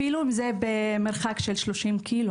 אפילו אם זה במרחק של 30 קילומטר.